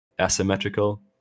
Asymmetrical